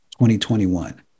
2021